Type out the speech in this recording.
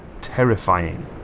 terrifying